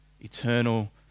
eternal